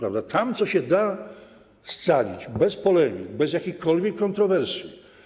Tam to, co się da scalić, bez polemik, bez jakichkolwiek kontrowersji.